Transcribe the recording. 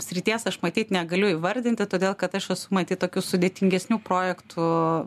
srities aš matyt negaliu įvardinti todėl kad aš esu matyt tokių sudėtingesnių projektų